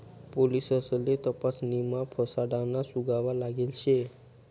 पोलिससले तपासणीमा फसाडाना सुगावा लागेल शे